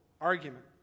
argument